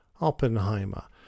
Oppenheimer